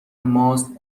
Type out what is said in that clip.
ماست